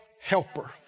helper